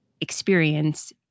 experience